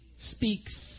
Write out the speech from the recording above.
speaks